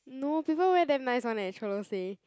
no people wear damn nice [one] leh Cholo say